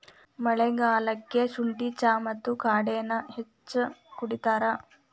ಮಳಿಗಾಲಕ್ಕ ಸುಂಠಿ ಚಾ ಮತ್ತ ಕಾಡೆನಾ ಹೆಚ್ಚ ಕುಡಿತಾರ